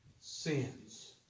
Sins